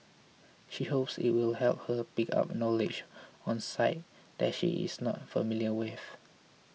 she hopes it will help her pick up knowledge on sites that she is not familiar with